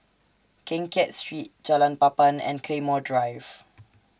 Keng Kiat Street Jalan Papan and Claymore Drive